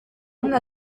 una